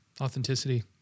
Authenticity